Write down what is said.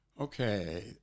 Okay